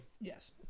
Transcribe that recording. yes